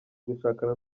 gushakana